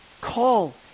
call